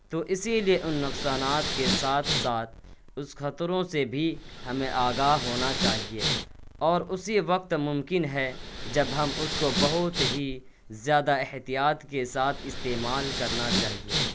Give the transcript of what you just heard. تو اسی لیے ان نقصانات کے ساتھ ساتھ اس خطروں سے بھی ہمیں آگاہ ہونا چاہیے اور اسی وقت ممکن ہے جب ہم اس کو بہت ہی زیادہ احتیاط کے ساتھ استعمال کرنا چاہیے